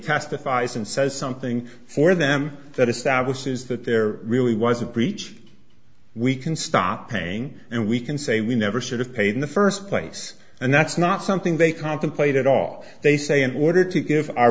testifies and says something for them that establishes that there really wasn't breach we can stop paying and we can say we never should've paid in the first place and that's not something they contemplate at all they say in order to give our